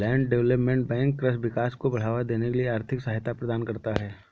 land development bank कृषि विकास को बढ़ावा देने के लिए आर्थिक सहायता प्रदान करता है